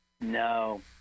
No